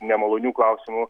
nemalonių klausimų